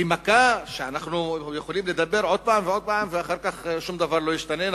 מכה שאנחנו יכולים לדבר עוד פעם ועוד פעם ואחר כך שום דבר לא ישתנה,